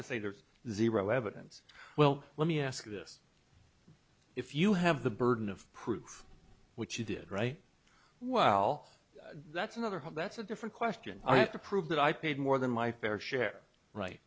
to say there's zero evidence well let me ask you this if you have the burden of proof which you did right well that's another one that's a different question i have to prove that i paid more than my fair share right